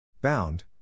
Bound